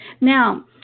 Now